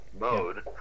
Mode